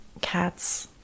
cats